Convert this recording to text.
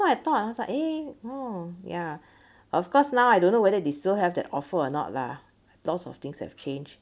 what I thought ah was like eh oh ya of course now I don't know whether they still have that offer or not lah lots of things have changed